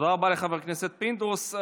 תודה רבה לחבר הכנסת פינדרוס.